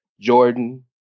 Jordan